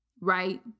right